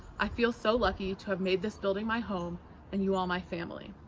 i feel so lucky to have made this building my home and you all my family.